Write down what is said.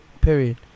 Period